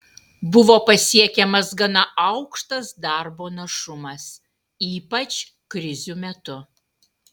buvo pasiekiamas gana aukštas darbo našumas ypač krizių metu